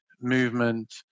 movement